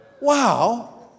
Wow